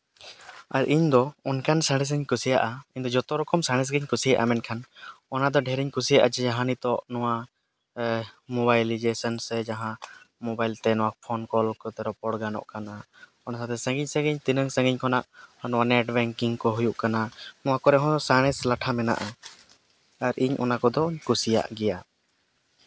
ᱟᱨ ᱤᱧᱫᱚ ᱚᱱᱠᱟᱱ ᱥᱟᱬᱮᱥ ᱤᱧ ᱠᱩᱥᱤᱭᱟᱜᱼᱟ ᱤᱧᱫᱚ ᱡᱚᱛᱚ ᱨᱚᱠᱚᱢ ᱥᱟᱬᱮᱥ ᱜᱤᱧ ᱠᱩᱥᱤᱭᱟᱜᱼᱟ ᱢᱮᱱᱠᱷᱟᱱ ᱚᱱᱟᱫᱚ ᱰᱷᱮᱨ ᱤᱧ ᱠᱩᱥᱤᱭᱟᱜᱼᱟ ᱡᱮ ᱡᱟᱦᱟᱸ ᱱᱤᱛᱚᱜ ᱱᱚᱣᱟ ᱢᱳᱵᱟᱭᱤᱞᱤᱡᱮᱥᱚᱱ ᱥᱮ ᱡᱟᱦᱟᱸ ᱢᱳᱵᱟᱭᱤᱞ ᱛᱮ ᱱᱚᱣᱟ ᱯᱷᱳᱱ ᱠᱚᱞ ᱠᱚᱛᱮ ᱨᱚᱯᱚᱲ ᱜᱟᱱᱚᱜ ᱠᱟᱱᱟ ᱚᱱᱟ ᱛᱮᱜᱮ ᱥᱟᱺᱜᱤᱧ ᱥᱟᱺᱜᱤᱧ ᱛᱤᱱᱟᱹᱜ ᱥᱟᱺᱜᱤᱧ ᱠᱷᱚᱱᱟᱜ ᱱᱚᱣᱟ ᱱᱮᱴ ᱵᱮᱝᱠᱤᱝ ᱠᱚ ᱦᱩᱭᱩᱜ ᱠᱟᱱᱟ ᱱᱚᱣᱟ ᱠᱚᱨᱮ ᱦᱚᱸ ᱥᱟᱬᱮᱥ ᱞᱟᱴᱷᱟ ᱢᱮᱱᱟᱜᱼᱟ ᱟᱨ ᱤᱧ ᱚᱱᱟ ᱠᱚᱫᱚ ᱠᱩᱥᱤᱭᱟᱜ ᱜᱮᱭᱟ